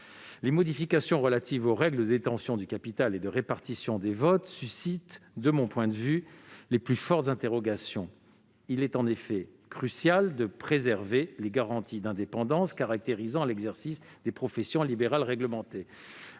Les modifications relatives aux règles de détention du capital et de répartition des votes suscitent, de mon point de vue, les plus fortes interrogations. Il est en effet crucial de préserver les garanties d'indépendance caractérisant l'exercice des professions libérales réglementées.